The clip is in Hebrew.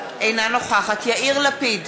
אינה נוכחת יאיר לפיד,